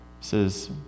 says